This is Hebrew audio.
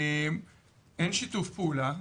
אין שיתוף פעולה.